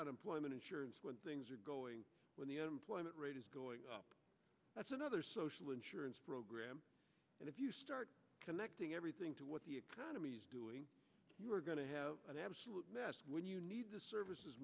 unemployment insurance when things are going when the unemployment rate is going up that's another social insurance program and if you start connecting everything to what the economy is doing you're going to have an absolute mess when you need the services